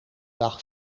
dag